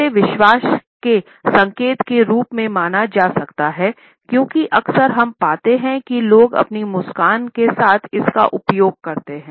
इसे विश्वास के संकेत के रूप में माना जा सकता है क्योंकि अक्सर हम पाते हैं कि लोग अपनी मुस्कान के साथ इसका उपयोग करते हैं